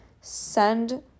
send